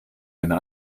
eine